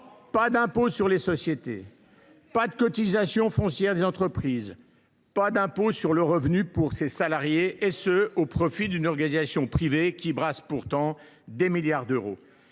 pas d’impôt sur les sociétés, pas de cotisation foncière des entreprises, pas d’impôt sur le revenu pour ses salariés… Tout cela au profit d’une organisation privée qui brasse des milliards d’euros